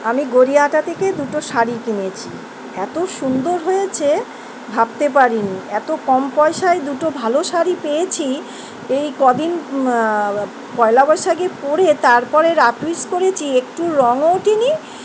আমি গড়িয়া হাটা থেকে দুটো শাড়ি কিনেছি এত সুন্দর হয়েছে ভাবতে পারিনি এত কম পয়সায় দুটো ভালো শাড়ি পেয়েছি এই কদিন পয়লা বৈশাখে পরে তারপরে রাফ ইউজ করেছি একটু রঙও ওঠেনি